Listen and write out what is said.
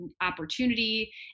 opportunity